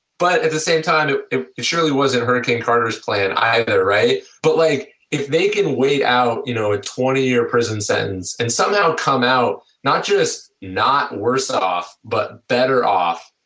but at the same time it it surely wasn't hurricane carter's plan either right, but like if they can weigh out you know a twenty year prison sentence and somehow come out not just not worse off but better off,